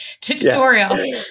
tutorial